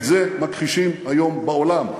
את זה מכחישים היום בעולם.